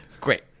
Great